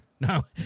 No